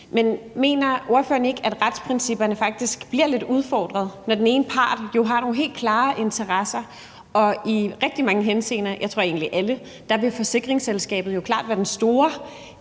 Men mener ordføreren ikke, at retsprincipperne faktisk bliver lidt udfordret, når den ene part jo har nogle helt klare interesser? Og i rigtig mange henseender, jeg tror egentlig i alle, vil forsikringsselskabet jo klart været den store